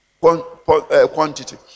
quantity